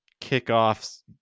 kickoffs